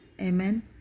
Amen